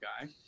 guy